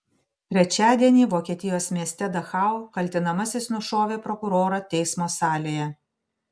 trečiadienį vokietijos mieste dachau kaltinamasis nušovė prokurorą teismo salėje